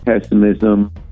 pessimism